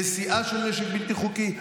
נשיאה של נשק בלתי חוקי,